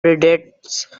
predicts